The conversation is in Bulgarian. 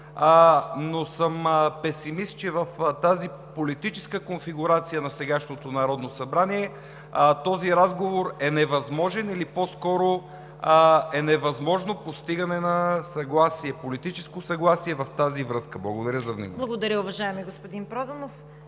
но съм песимист. В тази политическа конфигурация – на сегашното Народно събрание, този разговор е невъзможен или по-скоро е невъзможно постигане на политическо съгласие в тази връзка. Благодаря за вниманието. ПРЕДСЕДАТЕЛ ЦВЕТА КАРАЯНЧЕВА: Благодаря, уважаеми господин Проданов.